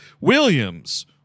Williams